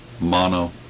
mono